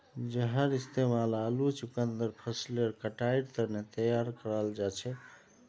जहार इस्तेमाल आलू चुकंदर फसलेर कटाईर तने तैयार कराल जाछेक